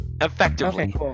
Effectively